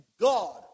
God